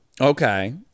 Okay